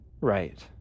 right